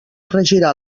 regirà